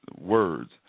words